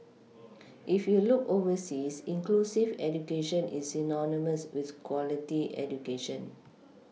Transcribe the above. if you look overseas inclusive education is synonymous with quality education